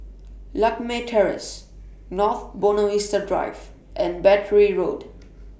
Lakme Terrace North Buona Vista Drive and Battery Road